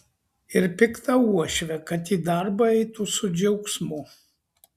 ir piktą uošvę kad į darbą eitų su džiaugsmu